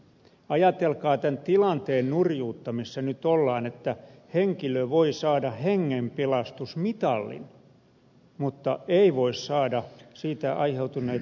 ajatelkaa tämän tilanteen nurjuutta missä nyt ollaan että henkilö voi saada hengenpelastusmitalin mutta ei voi saada siitä aiheutuneita kustannuksia